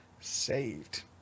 saved